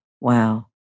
wow